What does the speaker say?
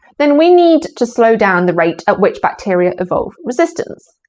then we need to slow down the rate at which bacteria evolve resistance.